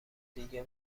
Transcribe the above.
دیگه